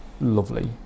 lovely